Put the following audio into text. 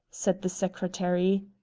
said the secretary.